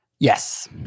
Yes